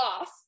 off